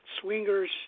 swingers